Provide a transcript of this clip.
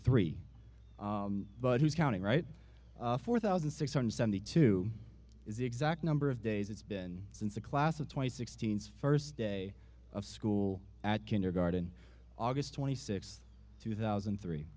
three but who's counting right four thousand six hundred seventy two is the exact number of days it's been since a class of twenty sixteenth's first day of school at kindergarten aug twenty sixth two thousand and three